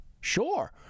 Sure